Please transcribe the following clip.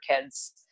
kids